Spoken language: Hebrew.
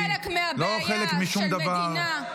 -- שהוא חלק מהבעיה של מדינה,